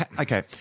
okay